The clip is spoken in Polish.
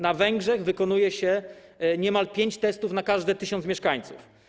Na Węgrzech wykonuje się niemal pięć testów na każdy 1 tys. mieszkańców.